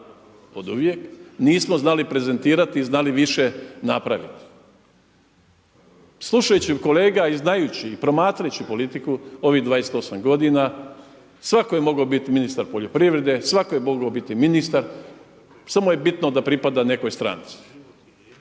oduvijek nismo znali prezentirati i znali više napraviti. Slušajući kolege i znajući i promatrajući politiku ovih 28 godina svatko je mogao biti ministar poljoprivrede, svatko je mogao biti ministar, samo je bitno da pripada nekoj stranci.